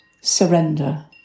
surrender